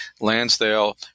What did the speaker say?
Lansdale